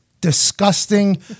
Disgusting